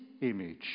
image